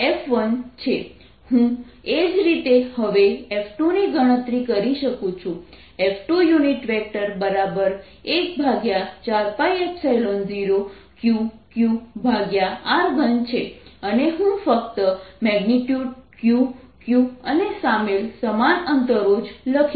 F114π0Q qa2y232 હું એ જ રીતે હવે F2 ની ગણતરી કરી શકું છું F214π0Q qr3 છે અને હું ફક્ત મેગ્નિટ્યુડ Q q અને સામેલ સમાન અંતરો જ લખીશ